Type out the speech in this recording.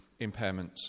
impairments